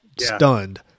stunned